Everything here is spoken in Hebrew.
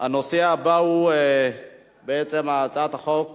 הביטוח (תיקון מס' 5),